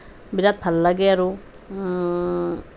বিৰাট ভাল লাগে আৰু